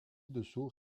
dessous